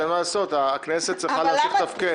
אין מה לעשות, הכנסת חייבת להמשיך לתפקד.